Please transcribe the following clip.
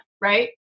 right